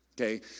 Okay